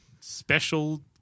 Special